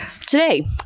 Today